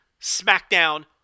SmackDown